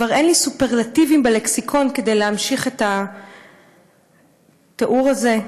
כבר אין לי סופרלטיבים בלקסיקון כדי להמשיך את התיאור הזה.